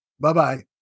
Bye-bye